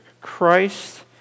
Christ